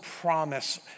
promise